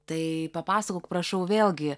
tai papasakok prašau vėlgi